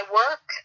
work